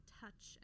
touch